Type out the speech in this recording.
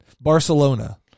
Barcelona